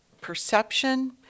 Perception